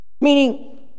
Meaning